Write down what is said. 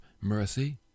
mercy